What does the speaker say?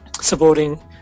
supporting